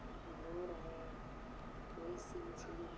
कहीं भूर है तो कहीं कोई सी मछली है